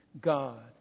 God